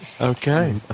Okay